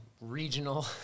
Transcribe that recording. regional